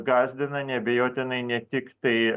gąsdina neabejotinai ne tiktai